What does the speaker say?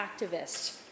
activist